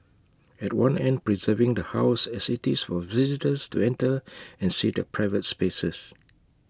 at one end preserving the house as IT is for visitors to enter and see the private spaces